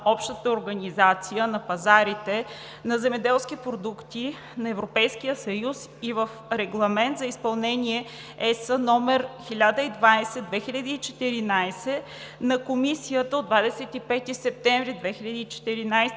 общата организация на пазарите на земеделски продукти на Европейския съюз и в Регламент за изпълнение ЕС № 1020/2014 на Комисията от 25 септември 2014